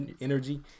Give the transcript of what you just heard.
energy